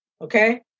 Okay